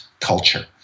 culture